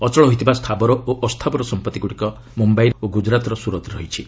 ଅଚଳ ହୋଇଥିବା ସ୍ଥାବର ଓ ଅସ୍ଥାବର ସମ୍ପତ୍ତିଗୁଡ଼ିକ ମୁମ୍ବାଇର ଓ ଗୁଜରାତର ସୁରତରେ ରହିଛି